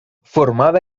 formada